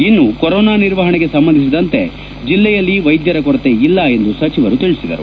ಇನ್ನು ಕೊರೋನಾ ನಿರ್ವಹಣೆಗೆ ಸಂಬಂಧಿಸಿದಂತೆ ಜಿಲ್ಲೆಯಲ್ಲಿ ವೈದ್ಯರ ಕೊರತೆ ಇಲ್ಲ ಎಂದು ಸಚಿವರು ತಿಳಿಸಿದರು